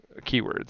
keywords